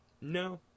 No